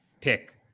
pick